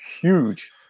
huge